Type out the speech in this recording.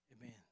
Amen